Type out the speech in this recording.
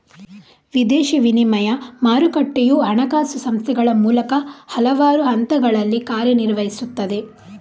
ವಿದೇಶಿ ವಿನಿಮಯ ಮಾರುಕಟ್ಟೆಯು ಹಣಕಾಸು ಸಂಸ್ಥೆಗಳ ಮೂಲಕ ಹಲವಾರು ಹಂತಗಳಲ್ಲಿ ಕಾರ್ಯ ನಿರ್ವಹಿಸುತ್ತದೆ